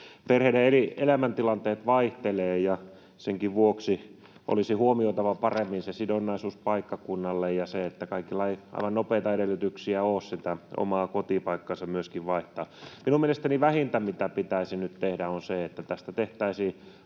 Perheiden eri elämäntilanteet vaihtelevat, ja senkin vuoksi olisi huomioitava paremmin se sidonnaisuus paikkakunnalle ja se, että kaikilla ei aivan nopeita edellytyksiä ole sitä omaa kotipaikkaansa myöskään vaihtaa. Minun mielestäni vähintä, mitä pitäisi nyt tehdä, on se, [Puhemies